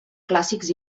clàssics